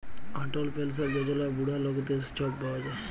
অটল পেলসল যজলা বুড়া লকদের ছব পাউয়া যায়